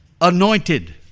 anointed